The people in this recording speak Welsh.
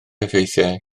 effeithiau